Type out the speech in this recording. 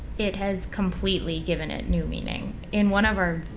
it has completely given it new meaning. in one of our,